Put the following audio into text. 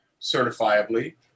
certifiably